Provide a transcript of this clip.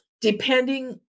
depending